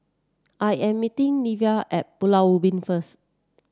I am meeting Nevaeh at Pulau Ubin first